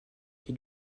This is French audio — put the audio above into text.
qui